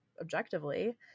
objectively